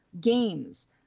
games